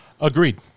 Agreed